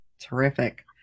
Terrific